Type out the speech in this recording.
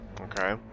Okay